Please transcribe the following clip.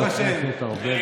53,